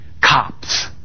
cops